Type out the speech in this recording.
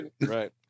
Right